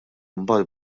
mbagħad